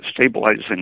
stabilizing